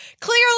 Clearly